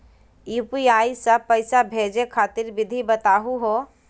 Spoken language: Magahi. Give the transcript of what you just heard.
यू.पी.आई स पैसा भेजै खातिर विधि बताहु हो?